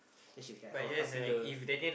then she like how helping her